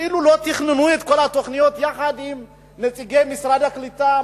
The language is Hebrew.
כאילו לא תכננו את כל התוכניות יחד עם נציגי משרד הקליטה,